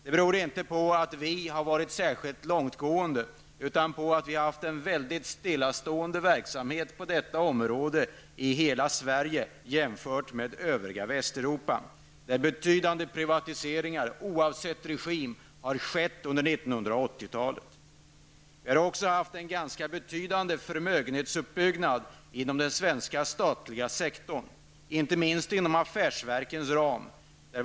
Det beror inte på att vi har sträckt oss särskilt långt, utan på att verksamheten på detta område har varit stillastående i hela Sverige, jämfört med övriga Västeuropa, där betydande privatiseringar har skett under 1980-talet, oavsett regim. Vi har också haft en ganska betydande förmögenhetsuppbyggnad inom den svenska statliga sektorn, inte minst inom affärsverkens ram.